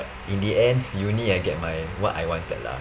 in the end uni I get my what I wanted lah